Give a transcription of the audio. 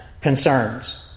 concerns